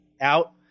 out